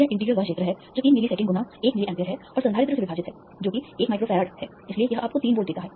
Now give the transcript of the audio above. यह इंटीग्रल वह क्षेत्र है जो 3 मिलीसेकंड गुणा 1 मिलीएम्प है और संधारित्र से विभाजित है जो कि 1 माइक्रो फैराड है इसलिए यह आपको 3 वोल्ट देता है